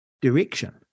direction